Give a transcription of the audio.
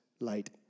light